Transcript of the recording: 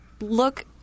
look